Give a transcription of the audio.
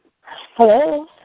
Hello